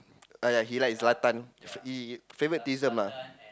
ah yeah he likes Zlatan he he favoritism lah